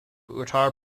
uttar